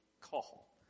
call